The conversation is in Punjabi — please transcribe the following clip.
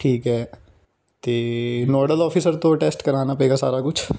ਠੀਕ ਹੈ ਅਤੇ ਨੋਡਲ ਔਫਿਸਰ ਤੋਂ ਅਟੈਸਟ ਕਰਾਉਣਾ ਪਵੇਗਾ ਸਾਰਾ ਕੁਛ